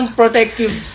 protective